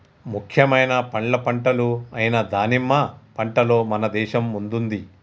ముఖ్యమైన పండ్ల పంటలు అయిన దానిమ్మ పంటలో మన దేశం ముందుంది